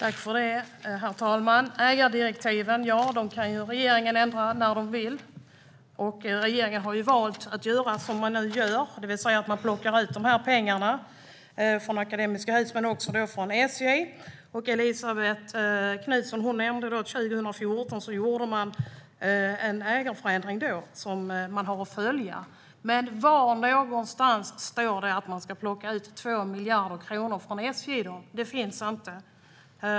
Herr talman! Ägardirektiven kan regeringen ändra när de vill. Regeringen har ju valt att göra som man nu gör, det vill säga man plockar ut de här pengarna från Akademiska Hus och också från SJ. Elisabet Knutsson nämnde år 2014. Då gjorde man en ägarförändring som man har att följa. Men var någonstans står det att man ska plocka ut 2 miljarder kronor från SJ? Det finns inte.